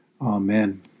Amen